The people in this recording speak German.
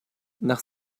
nach